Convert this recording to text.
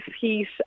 heat